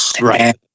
Right